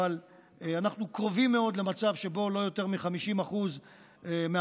ואנחנו קרובים מאוד למצב שבו לא יותר מ-50% מהמחזור